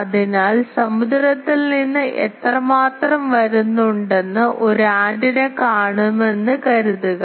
അതിനാൽ സമുദ്രത്തിൽ നിന്ന് എത്രമാത്രം വരുന്നുണ്ടെന്ന് ഒരു ആന്റിന കാണുമെന്ന് കരുതുക